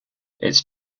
its